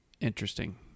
interesting